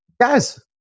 Guys